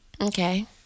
Okay